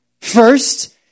first